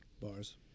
Bars